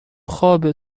خوابه